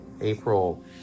April